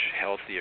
healthier